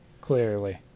Clearly